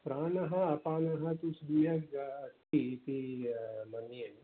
प्राणः अपानः तु सम्यग् अस्ति इति मन्ये